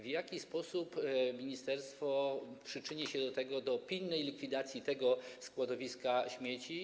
W jaki sposób ministerstwo przyczyni się do pilnej likwidacji tego składowiska śmieci?